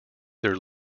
their